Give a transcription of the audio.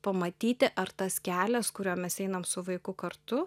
pamatyti ar tas kelias kuriuo mes einam su vaiku kartu